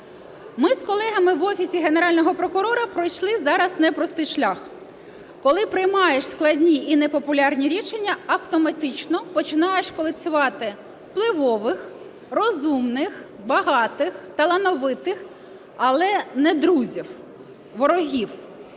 Ми з колегами в Офісі Генерального прокурора пройшли зараз непростий шлях, коли приймаєш складні і непопулярні рішення, автоматично починаєш колекціонувати впливових, розумних, багатих, талановитих, але не друзів – ворогів.